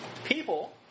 People